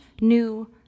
new